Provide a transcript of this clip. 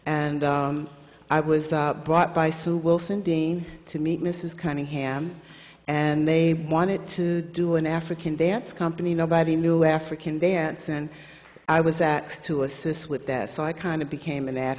and i was brought by so wilson dane to meet mrs cunningham and they wanted to do an african dance company nobody knew african dance and i was axed to assist with that so i kind of became an ad